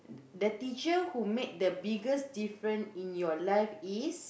the teacher who made the biggest different in your life is